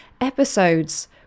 episodes